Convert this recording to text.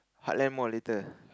Heartland Mall later